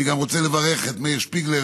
אני גם רוצה לברך את מאיר שפיגלר,